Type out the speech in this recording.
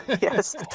Yes